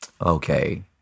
okay